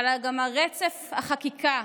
אבל גם רצף החקיקה,